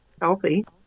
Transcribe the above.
healthy